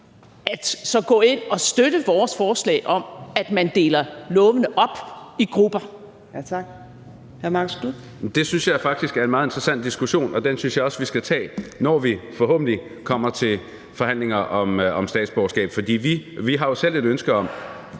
(Trine Torp): Tak. Hr. Marcus Knuth. Kl. 10:29 Marcus Knuth (KF): Det synes jeg faktisk er en meget interessant diskussion, og den synes jeg også vi skal tage, når vi forhåbentlig kommer til forhandlinger om statsborgerskab. For vi har jo selv et ønske om,